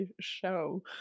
show